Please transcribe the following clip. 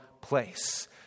place